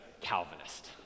Calvinist